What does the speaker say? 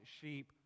sheep